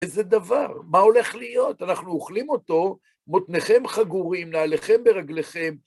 איזה דבר, מה הולך להיות? אנחנו אוכלים אותו, מותניכם חגורים, נעליכם ברגליכם.